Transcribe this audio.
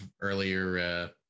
earlier